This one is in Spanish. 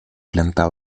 planta